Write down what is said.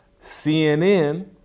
CNN